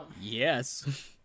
yes